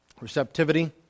receptivity